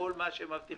כל מה שמבטיחים,